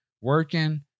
working